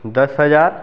दस हजार